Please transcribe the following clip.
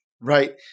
Right